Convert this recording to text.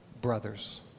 brothers